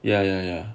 ya ya ya